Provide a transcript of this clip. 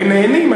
נהנים,